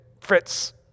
Fritz